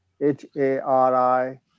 H-A-R-I